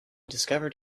discovered